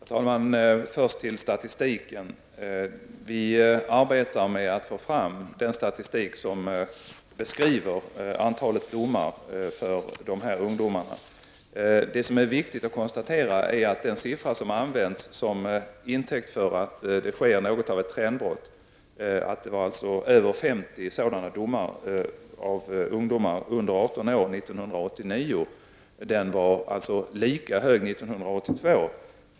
Herr talman! Först till statistiken. Vi arbetar med att få fram en statistik över antalet domar mot ungdomar. Det är viktigt att konstatera att den siffran som används som intäkt för att det skulle ske ett trendbrott är att över 50 ungdomar under 18 år dömdes till fängelsestraff år 1989. Siffran var lika hög år 1982.